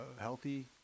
healthy